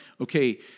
Okay